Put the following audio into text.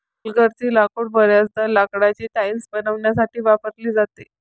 हलगर्जी लाकूड बर्याचदा लाकडाची टाइल्स बनवण्यासाठी वापरली जाते